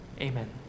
Amen